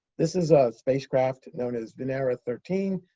this is a spacecraft known as venera thirteen,